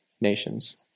nations